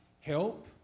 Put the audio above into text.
help